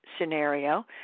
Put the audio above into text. scenario